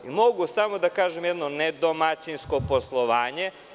Mogu samo da kažem – jedno nedomaćinsko poslovanje.